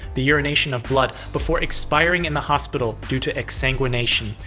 the urination of blood, before expiring in the hospital due to exsanguination.